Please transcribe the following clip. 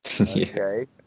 okay